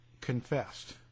confessed